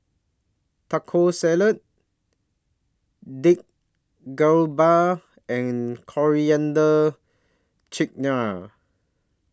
Taco Salad Dik and Coriander Chutney